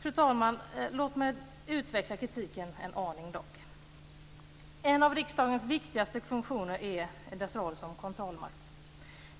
Fru talman! Låt mig utveckla denna kritik. En av riksdagens viktigaste funktioner är dess roll som kontrollmakt.